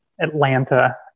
Atlanta